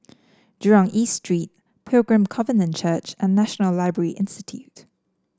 Jurong East Street Pilgrim Covenant Church and National Library Institute